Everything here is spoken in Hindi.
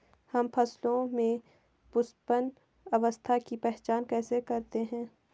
हम फसलों में पुष्पन अवस्था की पहचान कैसे करते हैं?